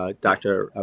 ah dr. ah